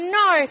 no